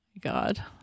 God